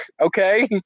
Okay